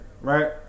Right